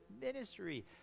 ministry